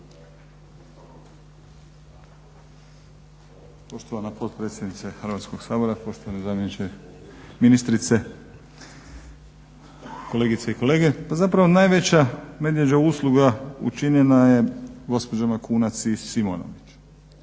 Poštovana potpredsjednice Hrvatskog sabora, poštovani zamjeniče ministrice, kolegice i kolege. Pa zapravo najveća medvjeđa usluga učinjena je gospođama Kunac i Simonović,